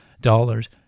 dollars